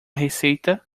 receita